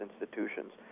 institutions